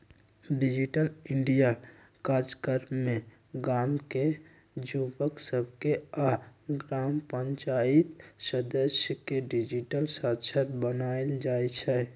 digital India काजक्रम में गाम के जुवक सभके आऽ ग्राम पञ्चाइत सदस्य के डिजिटल साक्षर बनाएल जाइ छइ